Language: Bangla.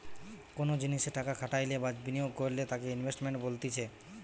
কোনো জিনিসে টাকা খাটাইলে বা বিনিয়োগ করলে তাকে ইনভেস্টমেন্ট বলতিছে